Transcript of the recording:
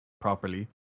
properly